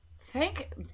Thank